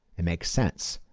it makes sense.